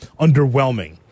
underwhelming